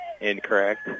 incorrect